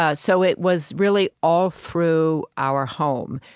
ah so it was really all through our home.